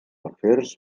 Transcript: afers